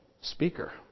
speaker